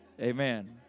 Amen